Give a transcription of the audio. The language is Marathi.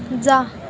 जा